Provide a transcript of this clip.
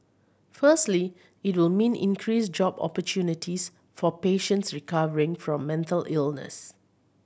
firstly it will mean increased job opportunities for patients recovering from mental illness